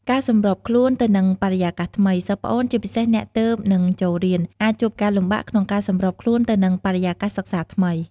ការសម្របខ្លួនទៅនឹងបរិយាកាសថ្មី សិស្សប្អូន ជាពិសេសអ្នកទើបនឹងចូលរៀន អាចជួបការលំបាកក្នុងការសម្របខ្លួនទៅនឹងបរិយាកាសសិក្សាថ្មី។